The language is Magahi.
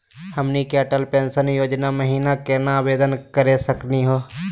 हमनी के अटल पेंसन योजना महिना केना आवेदन करे सकनी हो?